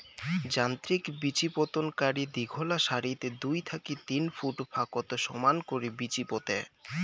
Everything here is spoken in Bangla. যান্ত্রিক বিচিপোতনকারী দীঘলা সারিত দুই থাকি তিন ফুট ফাকত সমান করি বিচি পোতে